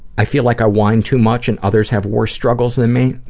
i feel like i whine too much and others have worse struggles than me,